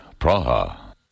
Praha